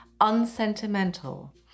unsentimental